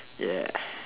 yeah